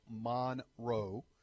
monroe